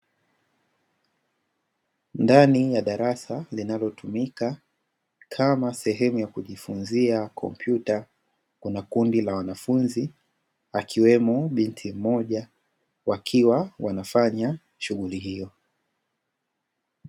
Ndani ya darasa linalotumika kama sehemu ya kujifunza kompyuta, kuna kundi la wanafunzi, akiwemo binti mmoja wakiwa wanafanya shughuli hiyo.